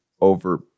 over